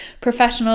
professional